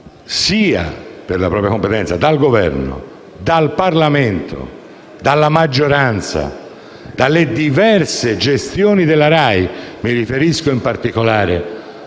per la propria competenza, dal Governo, dal Parlamento, dalla maggioranza e dalle diverse gestioni della RAI (mi riferisco, in particolare, a